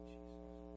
Jesus